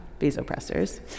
vasopressors